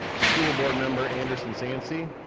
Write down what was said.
school board member, anderson sainci.